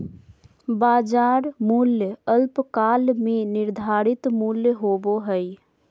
बाजार मूल्य अल्पकाल में निर्धारित मूल्य होबो हइ